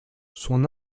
son